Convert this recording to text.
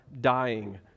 dying